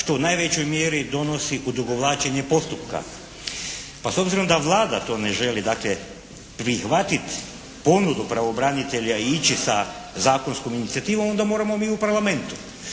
što u najvećoj mjeri donosi odugovlačenje postupka. Pa s obzirom da Vlada to ne želi, dakle prihvatiti ponudi pravobranitelja i ići sa zakonskom inicijativom onda moramo mi u parlamentu.